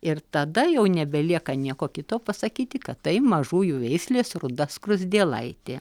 ir tada jau nebelieka nieko kito pasakyti kad tai mažųjų veislės ruda skruzdėlaitė